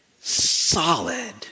solid